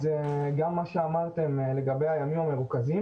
אז גם מה שאמרתם לגבי הימים המרוכזים